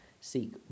seek